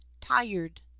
tired